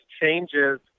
changes